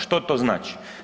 Što to znači?